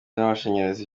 n’amashanyarazi